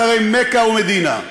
אחרי מכה ומדינה,